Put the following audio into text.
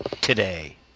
Today